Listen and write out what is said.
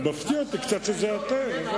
מפתיע אותי קצת שזה אתם.